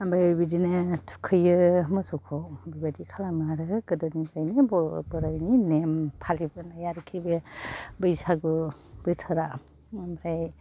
ओमफ्राय बिदिनो थुखैयो मोसौखौ बेबादि खालामो आरो गोदोनिफ्रायनो बर' बोरायनि नेम फालिबोनाय आरोखि बे बैसागु बोसोरा ओमफ्राय